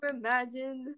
imagine